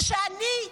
וכשאני,